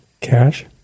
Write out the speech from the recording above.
cash